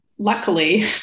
Luckily